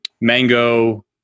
mango